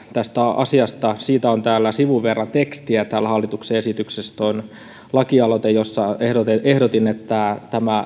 tästä asiasta on sivun verran tekstiä täällä hallituksen esityksessä se on lakialoite jossa ehdotin ehdotin että tämä